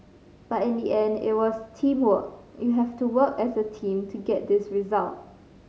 but in the end it was teamwork you have to work as a team to get this result